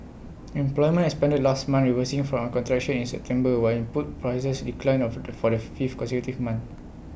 employment expanded last month reversing from A contraction in September while input prices declined of for the fifth consecutive month